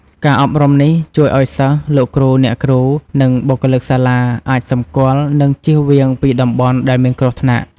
ការអប់រំនេះជួយឲ្យសិស្ស លោកគ្រូ អ្នកគ្រូ និងបុគ្គលិកសាលាអាចសម្គាល់និងជៀសវាងពីតំបន់ដែលមានគ្រោះថ្នាក់។